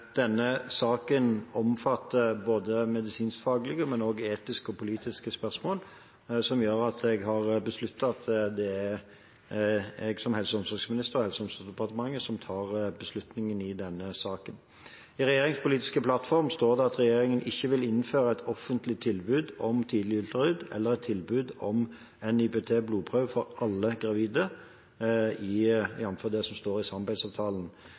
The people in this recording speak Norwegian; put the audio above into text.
Denne saken omfatter både medisinskfaglige, etiske og politiske spørsmål, noe som gjør at jeg har besluttet at det er jeg som helse- og omsorgsminister og Helse- og omsorgsdepartementet som tar beslutningen i denne saken. I regjeringens politiske plattform står det at regjeringen vil «ikke innføre et offentlig tilbud om tidlig ultralyd eller et tilbud om NIPD-blodprøve for alle gravide, jf. samarbeidsavtalen». Dette står